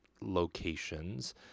locations